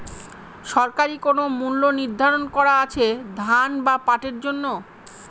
সরকারি কোন মূল্য নিধারন করা আছে ধান বা পাটের জন্য?